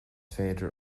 féidir